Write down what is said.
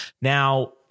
Now